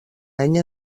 any